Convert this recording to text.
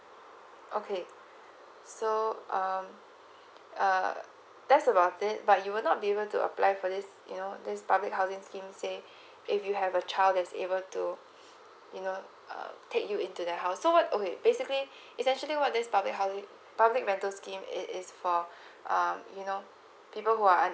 okay so um uh that's about it but you will not be able to apply for this you know this public housing scheme say if you have a child is able to you know um take you into their house so what okay basically it's actually what this public housing public rental scheme is for um you know people who are